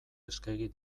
eskegi